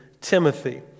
Timothy